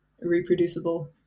reproducible